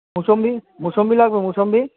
মোসম্বি মোসম্বি লাগবে মোসম্বি